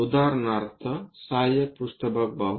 उदाहरणार्थ सहाय्यक पृष्ठभाग पाहू